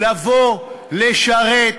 לבוא לשרת,